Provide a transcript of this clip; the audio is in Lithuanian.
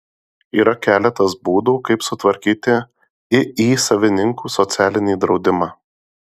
yra keletas būdų kaip sutvarkyti iį savininkų socialinį draudimą